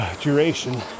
duration